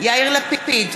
יאיר לפיד,